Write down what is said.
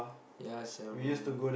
ya sia bro